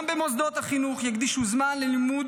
גם במוסדות החינוך יקדישו זמן ללימוד